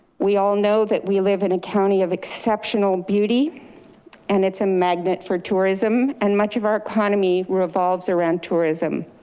we all know that we live in a county of exceptional beauty and it's a magnet for tourism and much of our economy revolves around tourism.